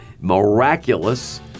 miraculous